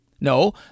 No